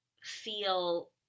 feel